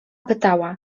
pytała